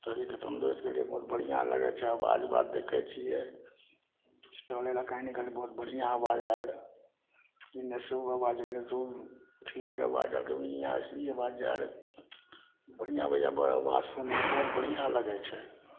शरीरके तन्दुरुस्तीके लिए बहुत बढ़िआँ लगै छै आवाज ई बात देखै छियै टहलै लए कहीॅं निकलियै बहुत बढ़िआँ आवाज आयल एने से उ आवाज एने से उ चिड़ियाके ई आवाज बढ़िआँ बढ़िआँ बड़ आवाज सुनै मे बढ़िआँ लगै छै